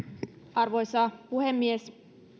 arvoisa puhemies